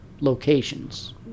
locations